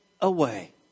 away